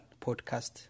Podcast